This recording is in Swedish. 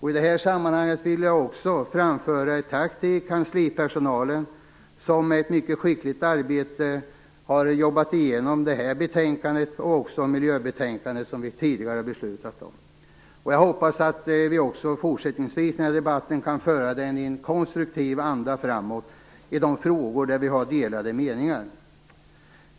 I det sammanhanget vill jag också framföra ett tack till kanslipersonalen, som med ett mycket skickligt arbete har jobbat igenom det här betänkandet och miljöbetänkandet som vi tidigare har beslutat om. Jag hoppas att vi också fortsättningsvis kan föra denna debatt i en konstruktiv anda framåt i de frågor där vi har delade meningar.